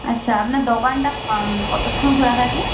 আচ্ছা আপনার দোকানটা কতক্ষণ খোলা থাকে